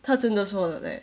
他真的说了 leh